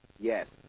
Yes